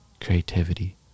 creativity